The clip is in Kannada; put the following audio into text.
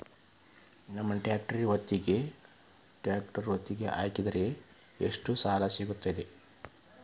ನಮ್ಮ ಟ್ರ್ಯಾಕ್ಟರ್ ಒತ್ತಿಗೆ ಹಾಕಿದ್ರ ಎಷ್ಟ ಸಾಲ ಸಿಗತೈತ್ರಿ?